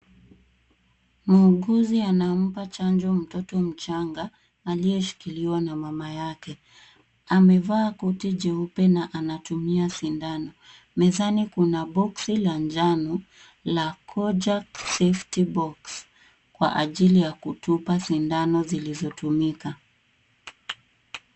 Muuguzi anampa chanjo mtoto mchanga aliyeshikiliwa na mama yake. Amevaa koti jeupe na anatumia sindano. Mezani kuna boxi la njano la kojak safety box , kwa ajili ya kutupa sindano zilivyotumika.